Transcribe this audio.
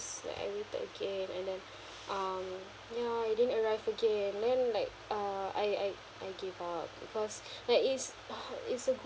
like I waited again and then um ya it didn't arrive again then like uh I I I give up because like it's it's a good